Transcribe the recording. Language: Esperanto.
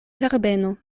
herbeno